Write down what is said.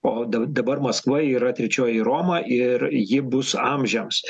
o da dabar maskva yra trečioji roma ir ji bus amžiams